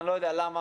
אני לא יודע למה,